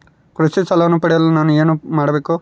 ಕೃಷಿ ಸಾಲವನ್ನು ಪಡೆಯಲು ನಾನು ಏನು ಮಾಡಬೇಕು?